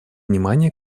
внимание